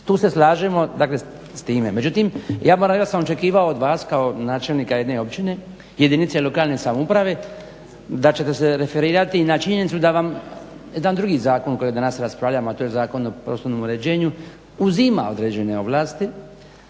Tu se slažemo dakle s time. Međutim ja moram jednostavno očekivao od vas kao načelnika jedne općine, jedinice lokalne samouprave da ćete se referirati na činjenicu da vam jedan drugi zakon koji danas raspravljamo a to je Zakon o prostornom uređenju uzima određene ovlasti